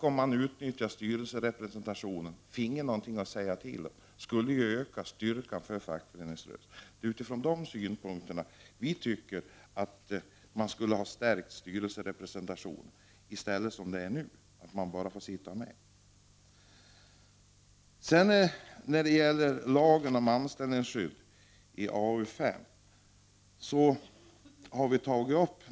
Om man utnyttjar styrelserepresentationen så att man får något att säga till om skulle det öka fackföreningsrörelsens styrka. Utifrån de synpunkterna tycker vi att man skall stärka styrelserepresentationen, i stället för som det är i dag att man bara får sitta med. Lagen om anställningsskydd behandlas i AUS.